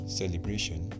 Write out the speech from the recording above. celebration